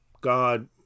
God